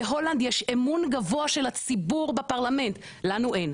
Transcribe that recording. בהולנד יש אמון גבוה של הציבור בפרלמנט לנו אין,